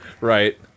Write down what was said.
Right